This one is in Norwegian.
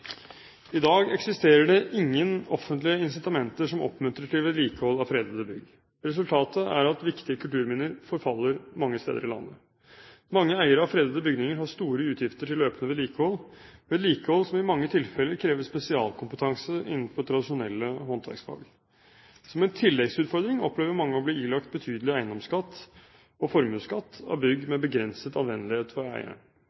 I dag eksisterer det ingen offentlige incitamenter som oppmuntrer til vedlikehold av fredede bygg. Resultatet er at viktige kulturminner forfaller mange steder i landet. Mange eiere av fredede bygninger har store utgifter til løpende vedlikehold, vedlikehold som i mange tilfeller krever spesialkompetanse innenfor tradisjonelle håndverksfag. Som en tilleggsutfordring opplever mange å bli ilagt betydelig eiendomsskatt og formuesskatt av bygg med begrenset anvendelighet for eieren.